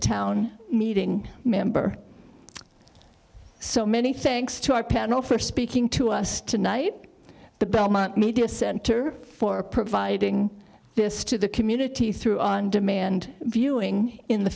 town meeting member so many thanks to our panel for speaking to us tonight the belmont media center for providing this to the community through on demand viewing in the